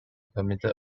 permitted